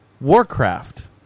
warcraft